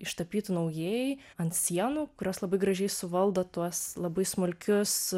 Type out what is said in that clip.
ištapytų naujai ant sienų kurios labai gražiai suvaldo tuos labai smulkius